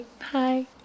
Hi